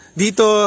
dito